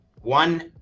one